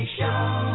Show